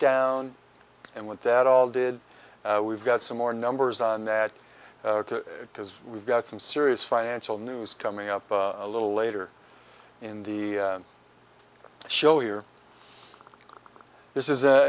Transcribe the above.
down and what that all did we've got some more numbers on that because we've got some serious financial news coming up a little later in the show here this is a